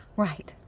right,